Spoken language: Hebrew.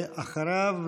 אחריו,